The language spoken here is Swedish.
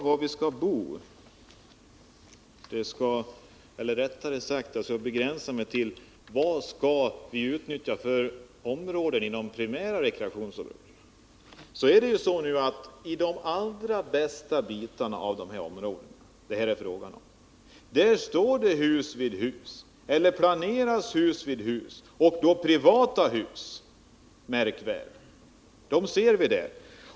Herr talman! Jag skall begränsa mig till frågan: Vilka områden skall vi utnyttja i de primära rekreationsområdena? I de allra bästa delarna av de områden det här är fråga om står det hus vid huseller planeras hus vid hus — privata hus, märk väl. Dessa hus ser vi där.